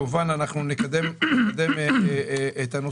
אם לא, נשמח לקבל אותו.